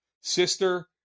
sister